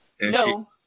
No